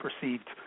perceived